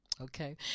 Okay